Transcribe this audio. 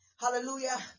hallelujah